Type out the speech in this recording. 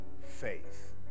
faith